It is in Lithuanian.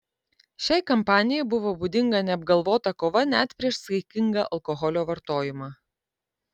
šiai kampanijai buvo būdinga neapgalvota kova net prieš saikingą alkoholio vartojimą